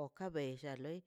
o ka bellan ka loi.